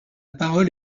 parole